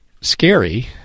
scary